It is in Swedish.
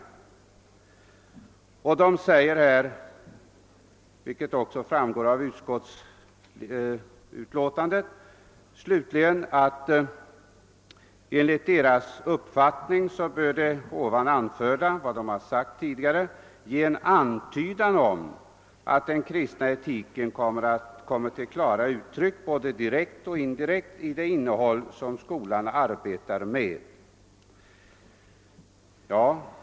Slutligen säger Sö att vad de framhållit i sitt yttrande bör »ge en antydan om att den kristna etiken kommer till klara uttryck både direkt och indirekt i det innehåll som skolan arbetar med«.